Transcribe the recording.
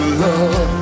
love